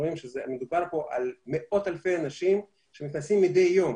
רואים שמדובר על מאות אלפי אנשים שנכנסים מדי יום